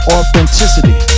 Authenticity